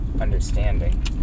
understanding